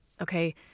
Okay